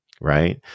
right